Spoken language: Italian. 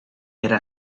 era